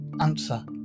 answer